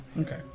Okay